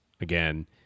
again